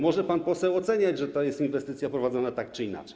Może pan poseł oceniać, że to jest inwestycja prowadzona tak czy inaczej.